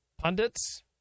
pundits